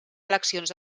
eleccions